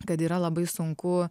kad yra labai sunku